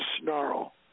snarl